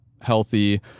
healthy